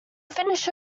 finished